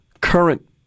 current